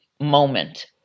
moment